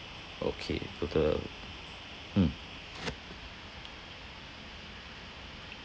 okay so the mm